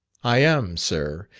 i am, sir,